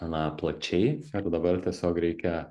na plačiai ir dabar tiesiog reikia